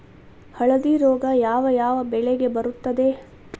ಹಳದಿ ರೋಗ ಯಾವ ಯಾವ ಬೆಳೆಗೆ ಬರುತ್ತದೆ?